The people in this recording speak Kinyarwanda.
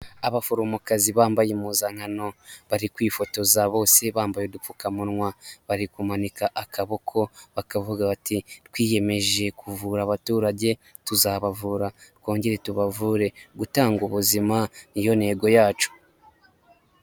Abaforomokazi bambaye impuzankano, bari kwifotoza bose bambaye udupfukamunwa, bari kumanika akaboko bakavuga bati:"Twiyemeje kuvura abaturage, tuzabavura twongere tubavure, gutanga ubuzima ni yo ntego yacu".